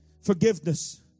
Forgiveness